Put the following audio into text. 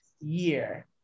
year